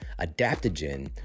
adaptogen